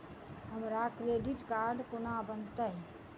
हमरा credit card कोना बनतै?